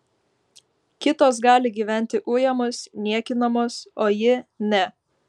kitos gali gyventi ujamos niekinamos o ji ne